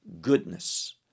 goodness